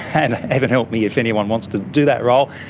and heaven help me if anyone wants to do that role.